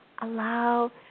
Allow